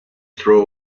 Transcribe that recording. throw